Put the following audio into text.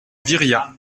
viriat